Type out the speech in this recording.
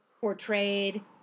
portrayed